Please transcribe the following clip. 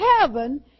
heaven